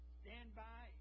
standby